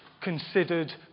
considered